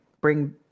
bring